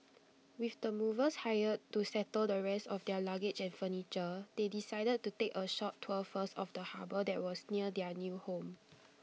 with the movers hired to settle the rest of their luggage and furniture they decided to take A short tour first of the harbour that was near their new home